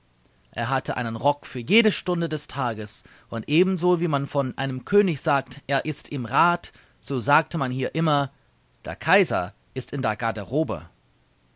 er hatte einen rock für jede stunde des tages und ebenso wie man von einem könig sagt er ist im rat so sagte man hier immer der kaiser ist in der garderobe